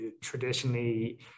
traditionally